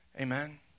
Amen